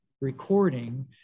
recording